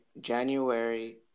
January